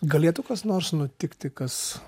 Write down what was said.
galėtų kas nors nutikti kas